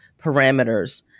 parameters